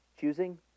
Choosing